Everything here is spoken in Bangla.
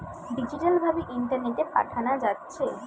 ডিজিটাল ভাবে ইন্টারনেটে পাঠানা যাচ্ছে